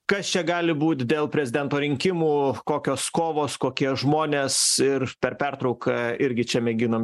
kas čia gali būt dėl prezidento rinkimų kokios kovos kokie žmonės ir per pertrauką irgi čia mėginam